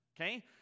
Okay